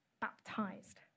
baptized